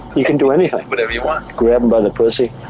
you can do anything. whatever you want. grab em by the pussy.